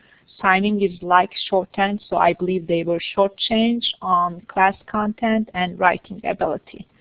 signing is like shorthand, so i believe they were shortchanged on class content and writing ability.